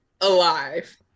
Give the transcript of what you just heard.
alive